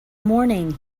morning